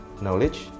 knowledge